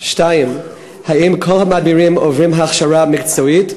2. האם כל המדבירים עוברים הכשרה מקצועית?